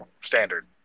Standard